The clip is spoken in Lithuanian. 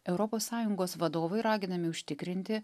europos sąjungos vadovai raginami užtikrinti